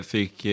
Fick